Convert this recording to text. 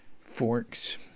forks